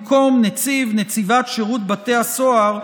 במקום נציב או נציבת שירות בתי הסוהר,